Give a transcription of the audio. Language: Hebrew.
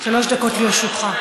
שלוש דקות לרשותך.